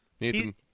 Nathan